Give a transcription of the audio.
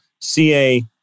CA